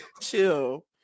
Chill